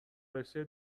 رشته